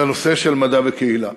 זה הנושא של מדע וקהילה.